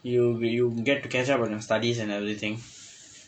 you will you will get to catch up on your studies and everything